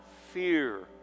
fear